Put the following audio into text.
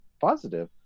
Positive